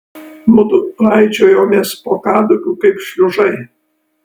mudu raičiojomės po kadugiu kaip šliužai